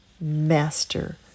master